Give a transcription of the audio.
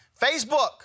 Facebook